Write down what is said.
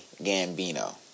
Gambino